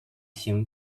się